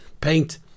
paint